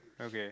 okay